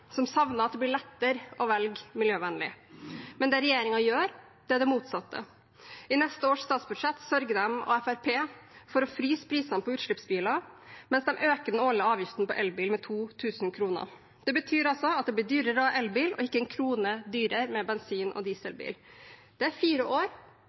som savner at det blir lettere å velge miljøvennlig. Men det regjeringen gjør, er det motsatte. I neste års statsbudsjett sørger de og Fremskrittspartiet for å fryse prisene på utslippsbiler, mens de øker den årlige avgiften på elbiler med 2 000 kr. Det betyr at det blir dyrere å ha elbil og ikke én krone dyrere med bensin- og dieselbil. Det er fire år